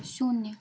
शून्य